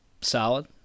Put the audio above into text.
Solid